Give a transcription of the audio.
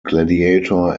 gladiator